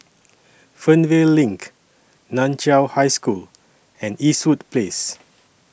Fernvale LINK NAN Chiau High School and Eastwood Place